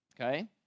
okay